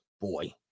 boy